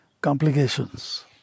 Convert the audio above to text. complications